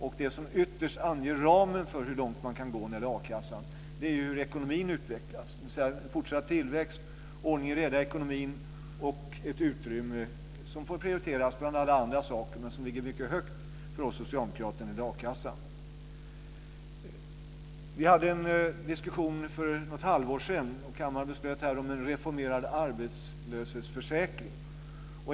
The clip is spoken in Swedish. Och det som ytterst anger ramen för hur långt man kan gå när det gäller a-kassan är ju hur ekonomin utvecklas, dvs. fortsatt tillväxt, ordning och reda i ekonomin och ett utrymme som får prioriteras bland alla andra saker men som ligger mycket högt för oss socialdemokrater när det gäller a-kassan. Vi hade en diskussion för något halvår sedan då kammaren fattade beslut om en reformerad arbetslöshetsförsäkring.